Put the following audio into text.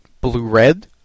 blue-red